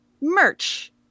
merch